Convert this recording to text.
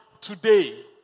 today